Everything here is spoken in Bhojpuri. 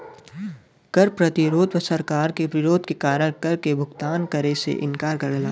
कर प्रतिरोध सरकार के विरोध के कारण कर क भुगतान करे से इंकार करला